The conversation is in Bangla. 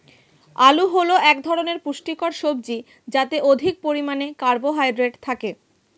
আলু হল এক ধরনের পুষ্টিকর সবজি যাতে অধিক পরিমাণে কার্বোহাইড্রেট থাকে